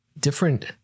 different